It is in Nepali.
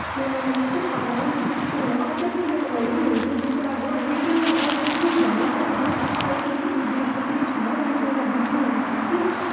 मलाई मम्मीले यस्तो करायो नि त्योभन्दा अफलाइन किनेको भए पनि हुन्थ्यो जस्तो लाग्यो हो रिटर्न गरिदिन्छु भनिरहेको थियो त्यहाँ अलिकति उउध्रिएको पनि छ रिटर्न गरिदिन्छु भनेको थियो कि